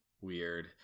Weird